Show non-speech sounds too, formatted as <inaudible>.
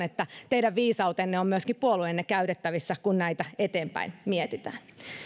<unintelligible> että teidän viisautenne on myöskin puolueenne käytettävissä kun näitä eteenpäin mietitään